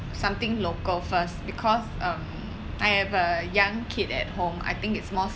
something local first because um I have a young kid at home I think it's most